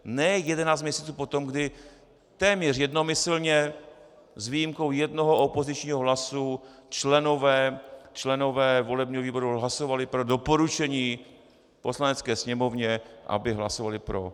Ne jedenáct měsíců po tom, kdy téměř jednomyslně s výjimkou jednoho opozičního hlasu členové volebního výboru hlasovali pro doporučení Poslanecké sněmovně, aby hlasovala pro.